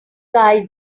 guy